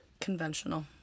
Conventional